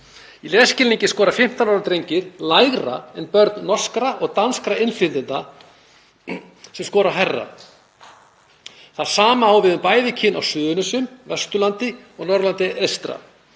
Í lesskilningi skora 15 ára drengir lægra en börn norskra og danskra innflytjenda sem skora hærra. Það sama á við um bæði kyn á Suðurnesjum, Vesturlandi og Norðurlandi eystra.